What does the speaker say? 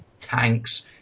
tanks